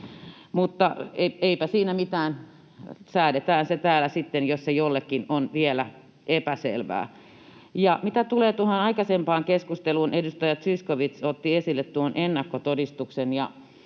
mutta eipä siinä mitään. Säädetään se täällä sitten, jos se jollekin on vielä epäselvää. Mitä tulee tuohon aikaisempaan keskusteluun, edustaja Zyskowicz otti esille tuon ennakkotodistuksen.